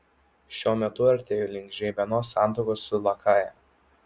šiuo metu artėju link žeimenos santakos su lakaja